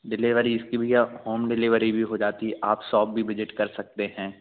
delivery इसकी भैया home delivery भी हो जाती है आप सौप भी विजिट कर सकते हैं